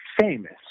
famous